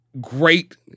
great